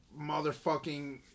motherfucking